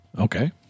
Okay